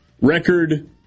record